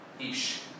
Ish